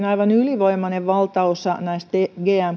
aivan ylivoimainen valtaosa näistä gm